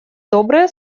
добрые